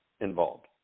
involved